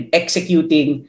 executing